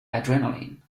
adrenaline